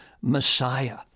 messiah